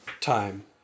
time